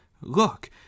Look